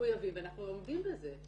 מחויבים ואנחנו עומדים בזה.